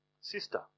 sister